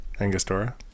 Angostura